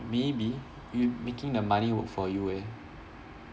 maybe you making the money work for you eh